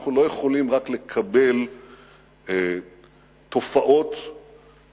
אנחנו לא יכולים רק לקבל תופעות בין-לאומיות,